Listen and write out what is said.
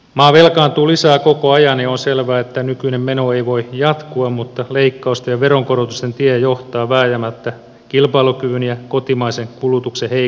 maa velkaantuu lisää koko ajan ja on selvää että nykyinen meno ei voi jatkua mutta leikkausten ja veronkorotusten tie johtaa vääjäämättä kilpailukyvyn ja kotimaisen kulutuksen heikentymiseen